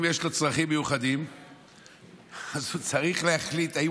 אם יש לו צרכים מיוחדים אז הוא צריך להחליט אם